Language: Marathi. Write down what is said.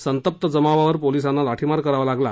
संतप्त जमावावर पोलिसांना लाठीमार करावा लागला